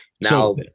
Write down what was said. Now